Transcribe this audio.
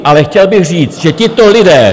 Ale chtěl bych říct, že tito lidé...